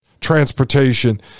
transportation